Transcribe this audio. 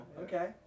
okay